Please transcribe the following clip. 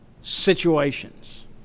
situations